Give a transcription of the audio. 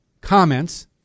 comments